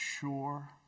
sure